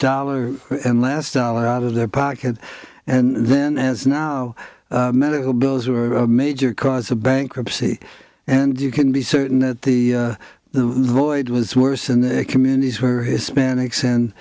dollar and last dollar out of their pocket and then as now medical bills were a major cause of bankruptcy and you can be certain that the the void was worse in the communities where hispanics